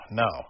no